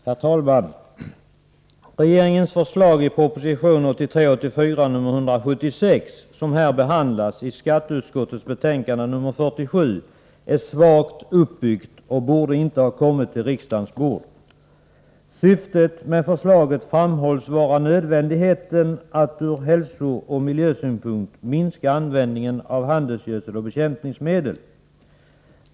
Herr talman! Regeringens förslag i proposition 1983/84:176, som behandlas i skatteutskottets betänkande 47, är svagt uppbyggd och borde inte ha kommit till riksdagens bord. Syftet med förslaget framhålls vara nödvändigheten av att ur hälsooch miljösynpunkt minska användningen av handelsgödsel och bekämpningsmedel.